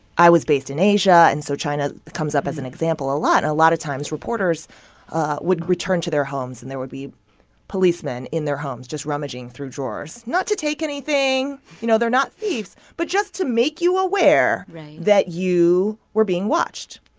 i was based in asia. and so china comes up as an example a lot. a lot of times, reporters would return to their homes, and there would be policemen in their homes just rummaging through drawers, not to take anything you know, they're not thieves but just to make you aware that you were being watched.